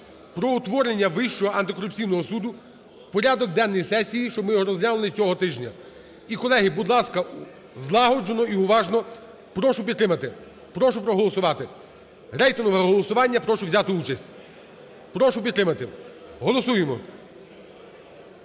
про утворення Вищого антикорупційного суду в порядок денний сесії, щоб ми його розглянули цього тижня. І, колеги, будь ласка, злагоджено і уважно, прошу підтримати, прошу проголосувати. Рейтингове голосування, прошу взяти участь, прошу підтримати. Голосуємо.